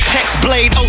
Hexblade